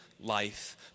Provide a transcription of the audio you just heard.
life